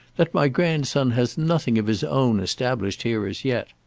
that my grandson has nothing of his own established here as yet.